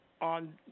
on